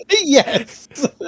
Yes